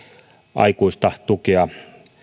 aikuista tukea